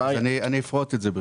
אני אפרוט את זה ברשותך.